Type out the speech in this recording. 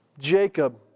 Jacob